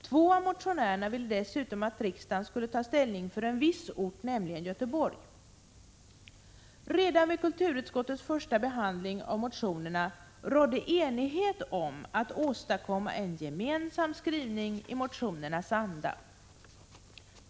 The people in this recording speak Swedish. Två av motionärerna ville dessutom att riksdagen skulle ta ställning för en viss ort, nämligen Göteborg. Redan vid kulturutskottets första behandling av motionerna rådde enighet om att åstadkomma en gemensam skrivning i motionernas anda.